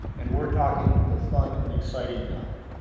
and we're talking the fun and exciting kind.